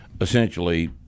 essentially